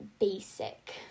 basic